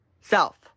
self